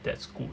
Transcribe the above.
that's good